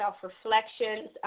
self-reflections